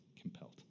compelled